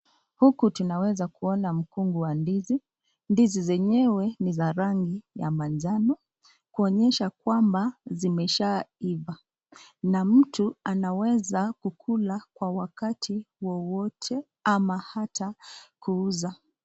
Huku tunaweza kuona mkungu wa ndizi. Ndizi zenyewe ni za rangi ya majano. Kuonesha kwamba zimeshaiva, na mtu anaweza kukula wakati wowote ama hata kuuza.